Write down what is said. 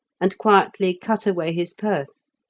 and quietly cut away his purse,